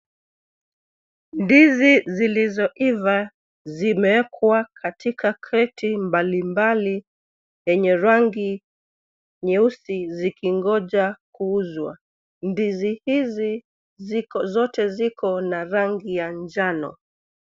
Ndizi zilizoiva zimeekwa katika kreti mbali mbali, yenye rangi nyeusi zikingoja kuuzwa. Ndizi hizi zote ziko na rangi ya njano.